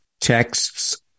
texts